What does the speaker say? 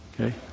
Okay